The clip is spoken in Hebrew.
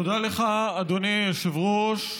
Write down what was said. תודה לך, אדוני היושב-ראש.